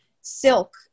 silk